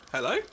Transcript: Hello